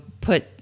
put